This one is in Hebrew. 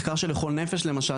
מחקר של "לכל נפש" למשל,